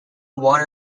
one